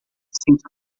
sinto